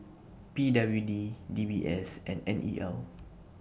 P W D D B S and N E L